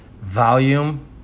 Volume